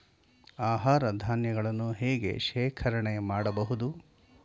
ಆಹಾರ ಧಾನ್ಯಗಳನ್ನು ಹೇಗೆ ಶೇಖರಣೆ ಮಾಡಬಹುದು?